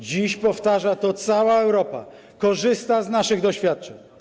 Dziś powtarza to cała Europa, korzysta z naszych doświadczeń.